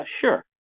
Sure